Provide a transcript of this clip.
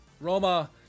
Roma